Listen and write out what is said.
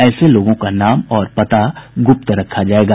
ऐसे लोगों का नाम और पता गुप्त रखा जाएगा